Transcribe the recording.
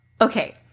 okay